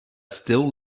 still